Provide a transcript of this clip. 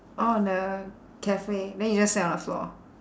orh the cafe then you just sat on the floor